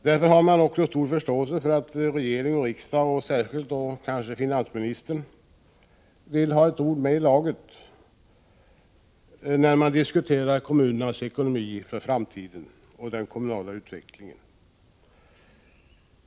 Därför har man också stor förståelse för att regering och riksdag och särskilt då kanske finansministern vill ha ett ord med i laget när kommunernas ekonomi för framtiden och den kommunala utvecklingen diskuteras.